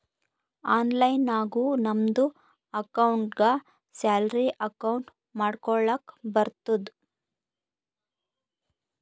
online ನಾಗು ನಮ್ದು ಅಕೌಂಟ್ಗ ಸ್ಯಾಲರಿ ಅಕೌಂಟ್ ಮಾಡ್ಕೊಳಕ್ ಬರ್ತುದ್